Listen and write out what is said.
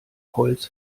holz